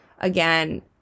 Again